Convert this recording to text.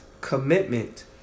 commitment